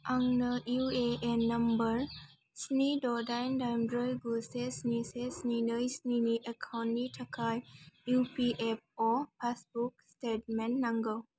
आंनो UAN number स्नि द दाइन दाइन ब्रै गु से स्नि से स्नि नै स्निनि एकाउन्टनि थाखाय इपिएफअ पासबुक स्टेटमेन्ट नांगौ